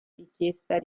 richiesta